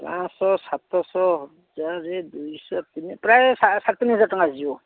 ପାଞ୍ଚ ଶହ ସାତ ଶହ ହଜାରେ ଦୁଇ ଶହ ତିନି ପ୍ରାୟ ସାଢ଼େ ତିନି ହଜାର ଟଙ୍କା ଆସିଯିବ